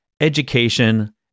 education